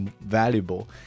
valuable